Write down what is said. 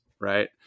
right